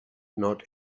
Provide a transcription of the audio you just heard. not